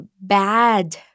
bad